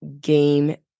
game